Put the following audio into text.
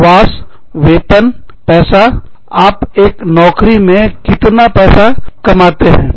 आवास वेतन पैसा आप एक नौकरी से कितना पैसा बनातेकमाते हैं